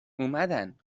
اومدن